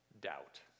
doubt